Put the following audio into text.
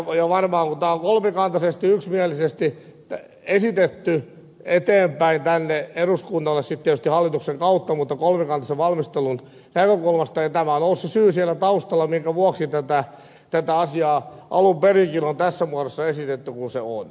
varmaan kun tämä on kolmikantaisesti yksimielisesti esitetty eteenpäin tänne eduskunnalle tietysti hallituksen kautta mutta kolmikantaisen valmistelun näkökulmasta tämä on ollut se syy siellä taustalla minkä vuoksi tätä asiaa alun perinkin on tässä muodossa esitetty kuin se on